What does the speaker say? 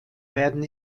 werden